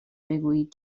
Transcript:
بگویید